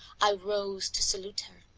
i rose to salute her,